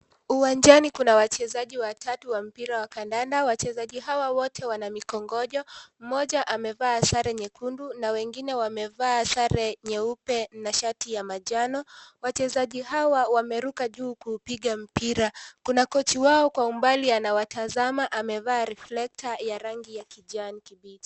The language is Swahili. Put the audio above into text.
Uwanjani kuna wachezaji watatu wa mpira wa kandanda. Wachezaji hawa wote wana mikongojo. Mmoja amevaa sare nyekundu na wengine wamevaa sare nyeupe na shati ya manjano. Wachezaji hawa wameruka juu kuupiga mpira. Kuna kochi wao kwa umbali anawatazama, amevaa reflector ya rangi ya kijani kibichi.